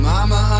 Mama